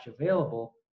available